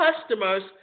customers